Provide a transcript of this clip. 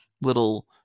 little